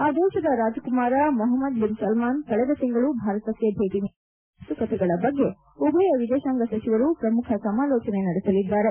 ಆ ದೇಶದ ರಾಜಕುಮಾರ ಮೊಹಮ್ನದ್ ಬಿನ್ ಸಲ್ಲಾನ್ ಕಳೆದ ತಿಂಗಳು ಭಾರತಕ್ಕೆ ಭೇಟ ನೀಡಿದ್ದಾಗ ನಡೆದ ಮಾತುಕತೆಗಳ ಬಗ್ಗೆ ಉಭಯ ವಿದೇತಾಂಗ ಸಚಿವರು ಪ್ರಮುಖ ಸಮಾಲೋಚನೆ ನಡೆಸಲಿದ್ದಾರೆ